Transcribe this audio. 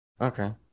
Okay